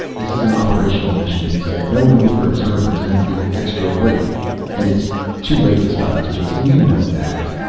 this is an operational mission, he said. no room for observers, and the extra weight and it's too late to stop us jason, you know that.